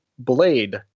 blade